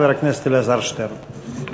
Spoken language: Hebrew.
חבר הכנסת אלעזר שטרן.